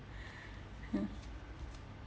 mm